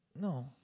No